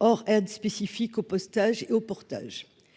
or aide spécifique aux postage et au portage